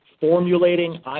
formulating